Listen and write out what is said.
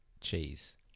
cheese